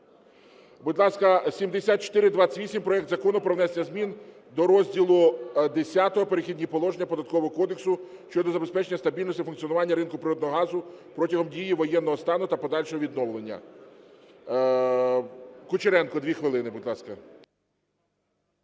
Будь ласка, 7428, проект Закону про внесення змін до розділу ХХ “Перехідні положення” Податкового кодексу щодо забезпечення стабільного функціонування ринку природного газу протягом дії воєнного стану та подальшого відновлення. Кучеренко, дві хвилини, будь ласка.